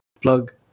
Plug